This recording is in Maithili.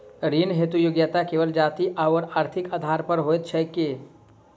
ऋण हेतु योग्यता केवल जाति आओर आर्थिक आधार पर होइत छैक की?